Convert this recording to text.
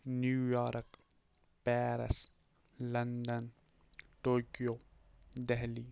New York Paris London Tokyo Delhi